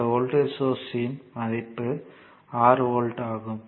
இந்த வோல்ட்டேஜ் சோர்ஸ்யின் மதிப்பு 6 வோல்ட் ஆகும்